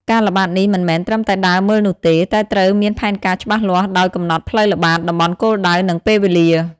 ការល្បាតនេះមិនមែនត្រឹមតែដើរមើលនោះទេ តែត្រូវមានផែនការច្បាស់លាស់ ដោយកំណត់ផ្លូវល្បាត តំបន់គោលដៅ និងពេលវេលា។